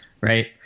Right